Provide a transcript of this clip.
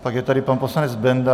Pak je tady pan poslanec Benda.